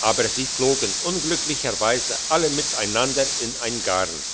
aber sie flogen unglücklicherweise alle miteinander in ein garn